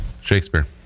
Shakespeare